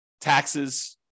taxes